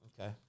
Okay